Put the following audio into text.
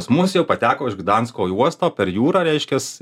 pas mus jau pateko iš gdansko į uostą per jūrą reiškias